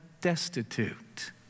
destitute